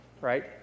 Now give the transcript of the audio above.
right